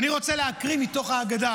אני רוצה להקריא מתוך ההגדה